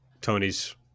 Tony's